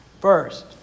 First